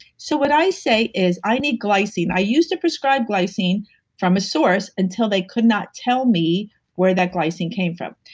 so what i say is, i need glycine. i used to prescribe glycine from a source until they could not tell me where that glycine came from.